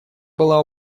была